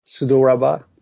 Sudoraba